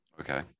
Okay